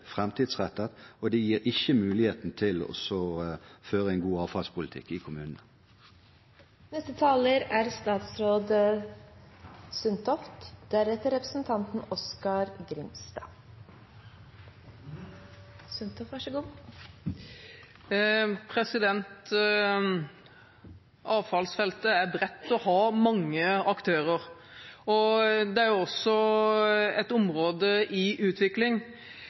framtidsrettet, og det gir ikke muligheten til å føre en god avfallspolitikk i kommunen. Avfallsfeltet er bredt og har mange aktører. Det er også et område i utvikling.